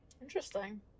Interesting